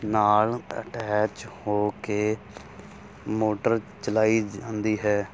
ਨਾਲ ਅਟੈਚ ਹੋ ਕੇ ਮੋਟਰ ਚਲਾਈ ਜਾਂਦੀ ਹੈ